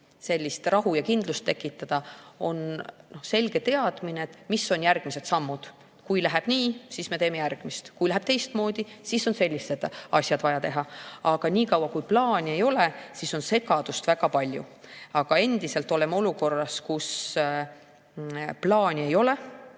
kuidagi rahu ja kindlust tekitada on selge teadmine selle kohta, mis on järgmised sammud: kui läheb nii, siis me teeme järgmist, ja kui läheb teistmoodi, siis on selliseid asju vaja teha. Aga niikaua, kui plaani ei ole, on segadust väga palju. Ja endiselt oleme olukorras, kus plaani ei ole.